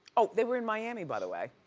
oh, they were in miami, by the way,